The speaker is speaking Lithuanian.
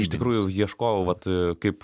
iš tikrųjų ieškojau vat kaip